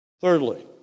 Thirdly